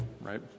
right